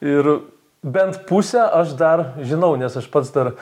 ir bent pusę aš dar žinau nes aš pats dar